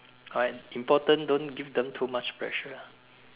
alright important don't give them too much pressure